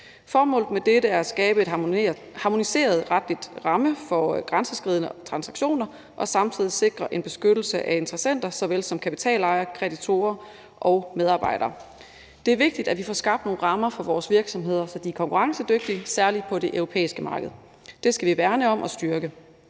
Formålet med dette er at skabe en harmoniseret retlig ramme for grænseoverskridende transaktioner og samtidig sikre en beskyttelse af interessenter såvel som kapitalejere, kreditorer og medarbejdere. Det er vigtigt, at vi får skabt nogle rammer for vores virksomheder, så de er konkurrencedygtige, særlig på det europæiske marked. Det skal vi værne om og styrke.